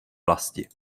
vlasti